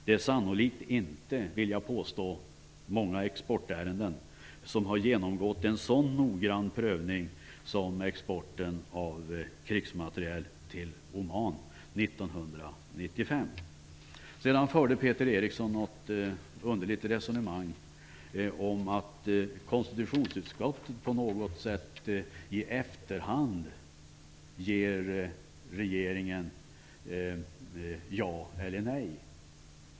Det är sannolikt inte många exportärenden, vill jag påstå, som har genomgått en så noggrann prövning som exporten av krigsmateriel till Oman 1995 har gjort. Sedan förde Peter Eriksson något underligt resonemang om att konstitutionsutskottet på något sätt i efterhand ger regeringen ja eller nej.